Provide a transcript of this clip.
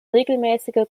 regelmäßige